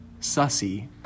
sussy